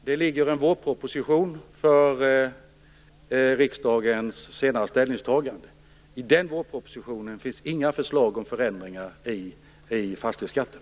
Fru talman! Det har lagts fram en vårproposition för riksdagens senare ställningstagande. I den finns inga förslag om förändringar i fastighetsskatten.